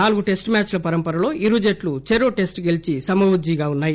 నాలుగు test match ల పరంపరలో ఇరు జట్లు చెరో టెస్ట్ గెలిచి సమవుజ్టీగా ఉన్నాయి